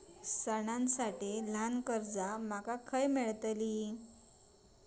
सणांसाठी ल्हान कर्जा माका खय मेळतली?